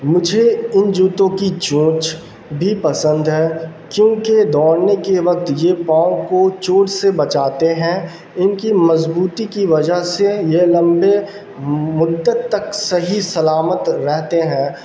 مجھے ان جوتوں کی چونچ بھی پسند ہے کیونکہ دوڑنے کے وقت یہ پاؤں کو چوٹ سے بچاتے ہیں ان کی مضبوطی کی وجہ سے یہ لمبے مدت تک صحیح سلامت رہتے ہیں